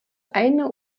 eine